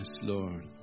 Lord